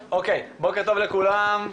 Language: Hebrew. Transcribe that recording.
בוקר טוב לכולם,